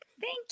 Thank